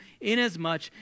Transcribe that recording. inasmuch